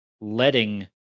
letting